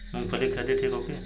मूँगफली के खेती ठीक होखे?